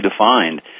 defined